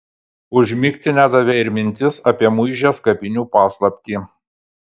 užmigti nedavė ir mintis apie muižės kapinių paslaptį